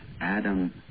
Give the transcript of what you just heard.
Adam